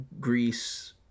Greece